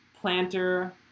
planter